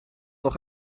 nog